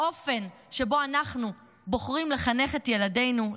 האופן שבו אנחנו בוחרים לחנך את ילדינו.